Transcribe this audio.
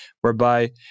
whereby